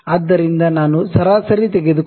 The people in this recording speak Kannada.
ಆದ್ದರಿಂದ ನಾನು ಸರಾಸರಿ ತೆಗೆದುಕೊಂಡು 0